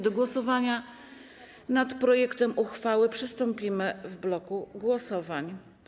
Do głosowania nad projektem uchwały przystąpimy w bloku głosowań.